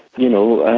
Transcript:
you know,